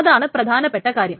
അതാണ് പ്രധാനപ്പെട്ട കാര്യം